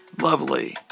lovely